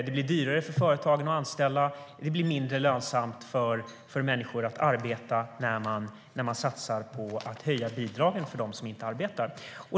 Det blir dyrare för företagen att anställa, och det blir mindre lönsamt för människor att arbeta när man satsar på att höja bidragen för dem som inte arbetar.